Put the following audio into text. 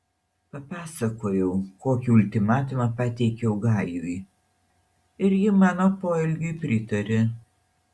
papasakojau kokį ultimatumą pateikiau gajui ir ji mano poelgiui pritarė